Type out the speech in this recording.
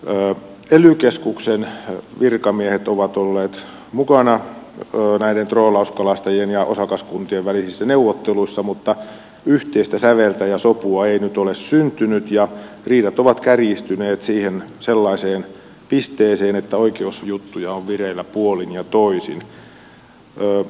ely keskuksen virkamiehet ovat olleet mukana näiden troolauskalastajien ja osakaskuntien välisissä neuvotteluissa mutta yhteistä säveltä ja sopua ei nyt ole syntynyt ja riidat ovat kärjistyneet sellaiseen pisteeseen että oikeusjuttuja on vireillä puolin ja toisin